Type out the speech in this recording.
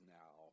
now